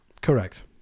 Correct